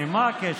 מה הקשר?